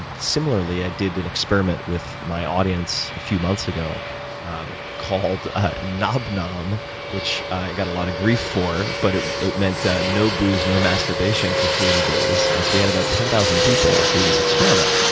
and similarly, i did an experiment with my audience a few months ago called ah nobnom which i got a lot of grief for but it it meant, ah no booze, no masturbation for thirty days. and we had about ten thousand people do this experiment.